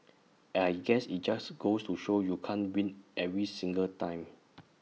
I guess IT just goes to show you can't win every single time